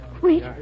Wait